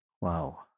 Wow